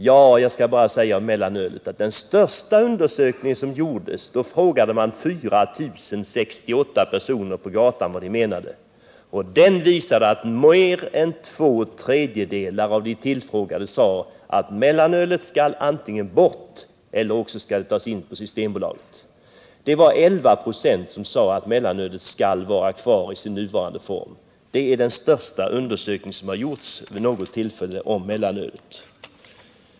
Ja, jag skall bara säga om mellanölet att i den största undersökningen som gjordes frågade man 4 068 personer på gatan vad de ansåg, och den undersökningen visade att mer än två tredjedelar av de tillfrågade menade att mellanölet skulle antingen bort eller också skulle det tas in på Systembolaget. Det var 11 2, som sade att mellanölet skulle vara kvar i sin dåvarande form. Detta är den största undersökning som gjorts vid något tillfälle om mellanölet.